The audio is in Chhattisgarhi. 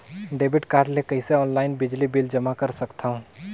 डेबिट कारड ले कइसे ऑनलाइन बिजली बिल जमा कर सकथव?